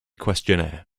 questionnaire